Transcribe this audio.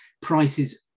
Prices